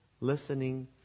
listening